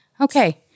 Okay